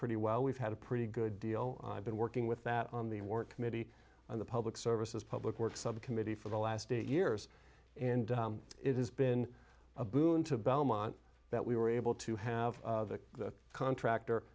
pretty well we've had a pretty good deal i've been working with that on the work committee on the public services public works committee for the last eight years and it has been a boon to belmont that we were able to have the contractor